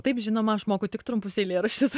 taip žinoma aš moku tik trumpus eilėraščius